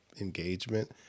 engagement